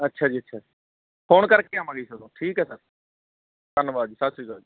ਅੱਛਾ ਜੀ ਅੱਛਾ ਫੋਨ ਕਰਕੇ ਆਵਾਂਗੇ ਜੀ ਸਗੋਂ ਠੀਕ ਹੈ ਸਰ ਧੰਨਵਾਦ ਜੀ ਸਤਿ ਸ਼੍ਰੀ ਅਕਾਲ ਜੀ